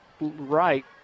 right